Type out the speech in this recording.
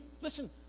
listen